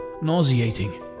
Nauseating